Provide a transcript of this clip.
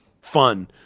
fun